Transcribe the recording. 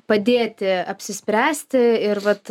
padėti apsispręsti ir vat